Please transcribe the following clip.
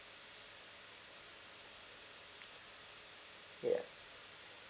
ya